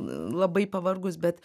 labai pavargus bet